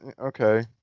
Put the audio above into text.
okay